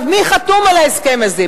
מי חתום על ההסכם הזה?